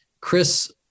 Chris